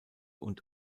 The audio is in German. und